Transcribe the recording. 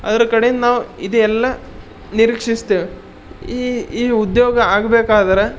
ಅದ್ರ ಕಡೆಯಿಂದ ನಾವು ಇದೆಲ್ಲ ನಿರೀಕ್ಷಿಸ್ತೇವೆ ಈ ಈ ಉದ್ಯೋಗ ಆಗ್ಬೇಕಾದ್ರೆ